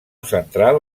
central